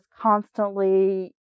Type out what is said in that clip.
constantly